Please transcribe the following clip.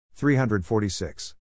346